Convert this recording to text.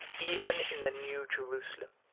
even in the new jerusalem,